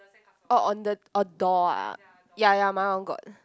oh on the oh door ah ya ya my one got